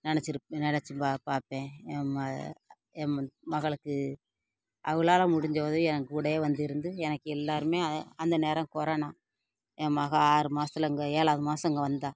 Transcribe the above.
நினச்சிருப்பேன் நினச்சி பார்ப்பேன் என் மகளுக்கு அவகளால முடிஞ்ச உதவியை என் கூடவே வந்து இருந்து எனக்கு எல்லோருமே அந்த நேரம் கொரோனா என் மகள் ஆறு மாசத்தில் இங்கே ஏழாவது மாதம் இங்கே வந்தால்